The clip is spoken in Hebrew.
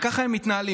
וככה הם מתנהלים.